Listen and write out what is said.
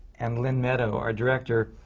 and lynne meadow, our director,